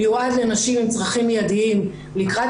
מיועד לנשים עם צרכים מידיים לקראת